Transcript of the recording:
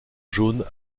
jaune